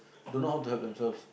don't know how to help themselves